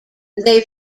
they